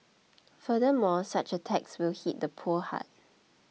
furthermore such a tax will hit the poor hard